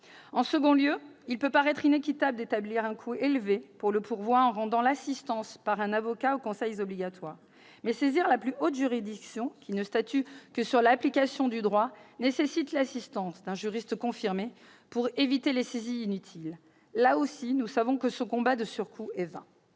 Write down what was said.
En second lieu, il peut paraître inéquitable d'établir un coût élevé pour le pourvoi en rendant l'assistance par un avocat aux conseils obligatoire ; mais saisir la plus haute juridiction, qui ne statue que sur l'application du droit, nécessite l'assistance d'un juriste confirmé pour éviter les saisines inutiles. Là aussi, nous savons que ce combat de surcoût est vain.